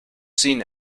seen